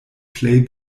plej